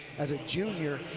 as a junior,